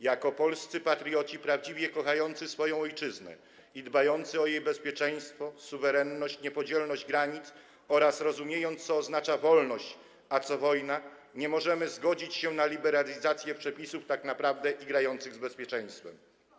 Jako polscy patrioci, prawdziwie kochający swoją ojczyznę i dbający o jej bezpieczeństwo, suwerenność, niepodzielność granic, rozumiejąc, co oznacza wolność, a co wojna, nie możemy zgodzić się na liberalizację przepisów tak naprawdę igrających z bezpieczeństwem.